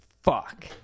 fuck